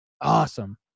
awesome